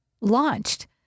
launched